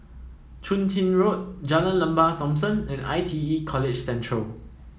Chun Tin Road Jalan Lembah Thomson and I T E College Central